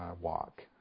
walk